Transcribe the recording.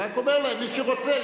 הוא רק אומר להם: מי שרוצה,